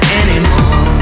anymore